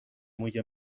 موی